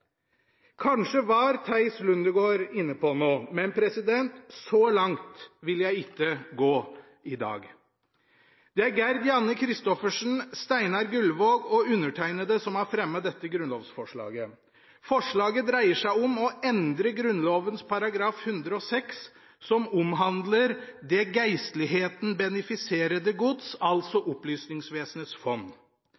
Kanskje var Teis Lundegaard inne på noe, men så langt vil jeg ikke gå i dag. Det er Gerd Janne Kristoffersen, Steinar Gullvåg og undertegnede som har fremmet dette grunnlovsforslaget. Forslaget dreier seg om å endre Grunnloven § 106, som omhandler «det Geistligheden beneficerede Gods», altså